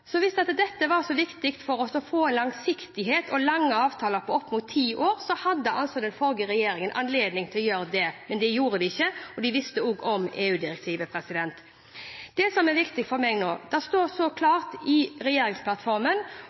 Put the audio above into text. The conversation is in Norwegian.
så viktig for å få langsiktighet og lange avtaler på oppimot ti år, hadde altså den forrige regjeringen anledning til å gjøre det, men det gjorde de ikke – og de visste også om EU-direktivet. Det som er viktig for meg nå: Det står klart i regjeringsplattformen,